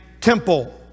temple